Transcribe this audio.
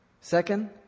Second